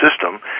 system